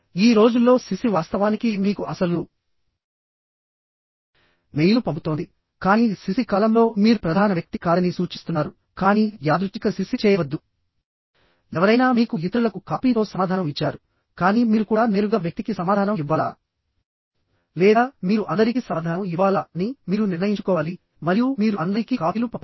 ఈ రోజుల్లో సిసి వాస్తవానికి మీకు అసలు మెయిల్ను పంపుతోంది కానీ సిసి కాలమ్లో మీరు ప్రధాన వ్యక్తి కాదని సూచిస్తున్నారు కానీ యాదృచ్ఛిక సిసి చేయవద్దు ఎవరైనా మీకు ఇతరులకు కాపీతో సమాధానం ఇచ్చారు కానీ మీరు కూడా నేరుగా వ్యక్తికి సమాధానం ఇవ్వాలా లేదా మీరు అందరికీ సమాధానం ఇవ్వాలా అని మీరు నిర్ణయించుకోవాలి మరియు మీరు అందరికీ కాపీలు పంపాలి